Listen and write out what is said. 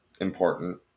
important